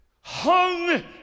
hung